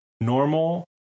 normal